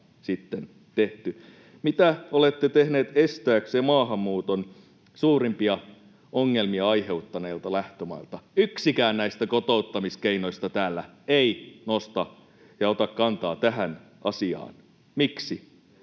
Mitä olette tehneet estääksenne maahanmuuton suurimpia ongelmia aiheuttaneista lähtömaista? Yksikään näistä kotouttamiskeinoista täällä ei nosta ja ota kantaa tähän asiaan. Miksi?